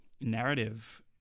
narrative